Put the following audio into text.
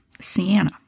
Sienna